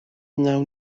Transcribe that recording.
wnawn